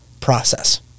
process